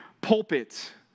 pulpit